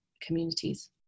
communities